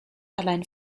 allein